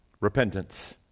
repentance